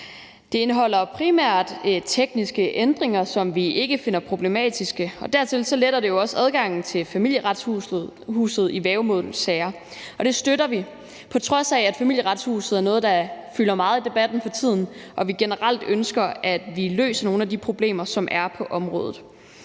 Det indeholder primært tekniske ændringer, som vi ikke finder problematiske, og dertil letter det også adgangen til Familieretshuset i værgemålssager, og det støtter vi, på trods af at Familieretshuset er noget, der fylder meget i debatten for tiden, og at vi generelt ønsker, at vi løser nogle af de problemer, som er på området.